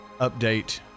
update